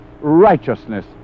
righteousness